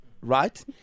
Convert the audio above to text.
right